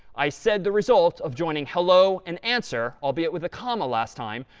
i said the result of joining hello and answer, albeit with a comma last time.